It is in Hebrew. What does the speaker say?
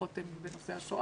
התערוכות הן בנושא השואה,